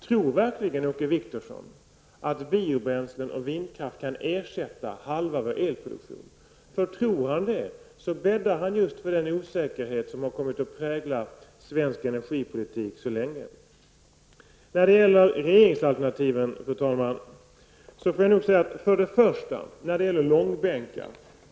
Tror verkligen Åke Wictorsson att biobränslen och vindkraft kan ersätta halva vår elproduktion? Om han tror det bäddar han just för den osäkerhet som kommit att prägla svensk energipolitik så länge. Fru talman! Jag vill sedan beröra frågan om regeringsalternativ. När det gäller långbänkar vill jag säga följande.